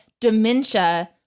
dementia